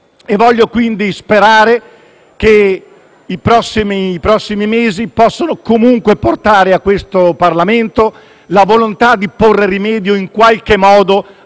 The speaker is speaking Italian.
e voglio quindi sperare che i prossimi mesi possano comunque portare a questo Parlamento la volontà di porre rimedio in qualche modo